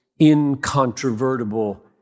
incontrovertible